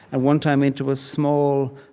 at one time, into a small,